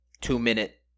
two-minute